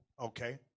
okay